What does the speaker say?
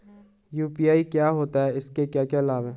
UPI क्या होता है इसके क्या क्या लाभ हैं?